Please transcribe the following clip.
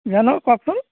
জানো কওকচোন